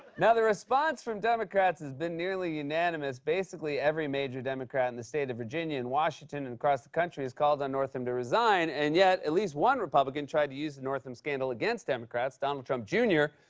now, the response from democrats has been nearly unanimous. basically, every major democrat in the state of virginia and washington and across the country has called on northam to resign, and yet at least one republican tried to use the northam scandal against democrats. donald trump jr.